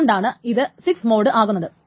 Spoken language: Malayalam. അതുകൊണ്ടാണ് ഇത് SIX മോഡ് ആകുന്നത്